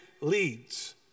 leads